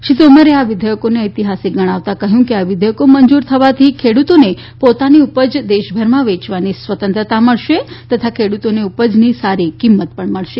શ્રી તોમરે આ વિધેયકોને ઐતિહાસીક ગણાવતા કહયું કે આ વિધેયકો મંજુર થવાથી ખેડુતોને પોતાની ઉપજ દેશભરમાં વેચવાની સ્વતંત્ર મળશે તથા ખેડુતોને ઉપજની સારી કિંમત પણ મળશે